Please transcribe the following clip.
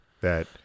that-